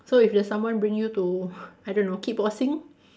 so if there's someone bring you to I don't know kickboxing